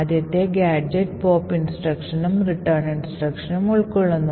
ആദ്യത്തെ gadget pop instructionഉം return instruction ഉം ഉൾക്കൊള്ളുന്നു